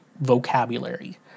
vocabulary